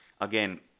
again